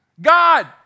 God